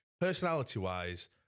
personality-wise